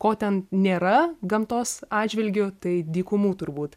ko ten nėra gamtos atžvilgiu tai dykumų turbūt